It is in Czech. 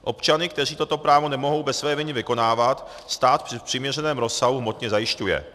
Občany, kteří toto právo nemohou bez své viny vykonávat, stát v přiměřeném rozsahu hmotně zajišťuje.